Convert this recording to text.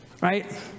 Right